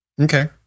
Okay